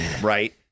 right